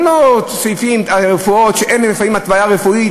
הן לא תרופות שאין להן לפעמים התוויה רפואית,